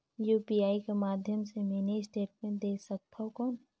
UPI कर माध्यम से मिनी स्टेटमेंट देख सकथव कौन?